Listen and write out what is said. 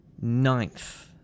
Ninth